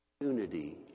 unity